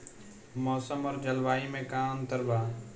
मौसम और जलवायु में का अंतर बा?